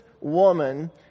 woman